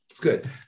Good